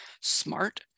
smart